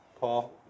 Paul